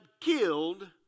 killed